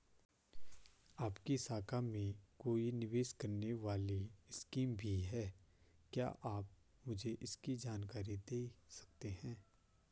आपकी शाखा में कोई निवेश करने वाली स्कीम भी है क्या आप मुझे इसकी जानकारी दें सकते हैं?